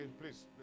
please